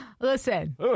Listen